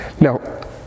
Now